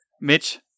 Mitch